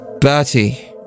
Bertie